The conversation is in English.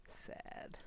Sad